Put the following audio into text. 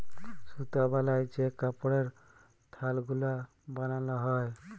সুতা বালায় যে কাপড়ের থাল গুলা বালাল হ্যয়